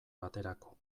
baterako